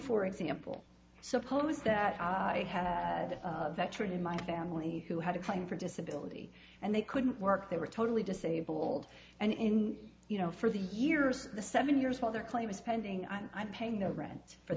for example suppose that i had a veteran in my family who had a claim for disability and they couldn't work they were totally disabled and in you know for the years the seven years while their claim was pending i'm paying the rent for